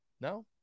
No